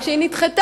רק שהיא נדחתה,